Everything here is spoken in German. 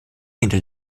hinter